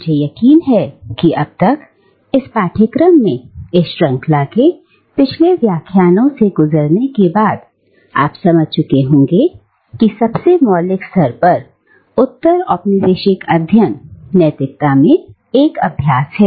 मुझे यकीन है कि अब तक इस पाठ्यक्रम में इस श्रृंखला के पिछले व्याख्यानों से गुजरने के बाद आप समझ चुके होंगे कि सबसे मौलिक स्तर पर उत्तर औपनिवेशिक अध्ययन नैतिकता में एक अभ्यास है